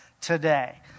today